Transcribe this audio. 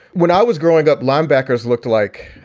when i was growing up, linebackers looked like,